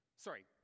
sorry